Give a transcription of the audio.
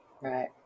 Right